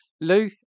Lou